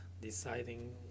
deciding